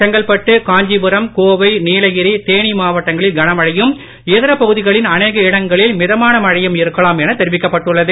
செங்கல்பட்டு காஞ்சிபுரம் கோவை நீலகிரி தேனி மாவட்டங்களில் கனமழையும் இதர பகுதிகளின் அநேக இடங்களில் மிதமான மழையும் இருக்கலாம் எனத் தெரிவிக்கப்பட்டுள்ளது